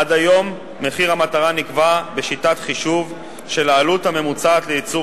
עד היום מחיר המטרה נקבע בשיטת חישוב של העלות הממוצעת לייצור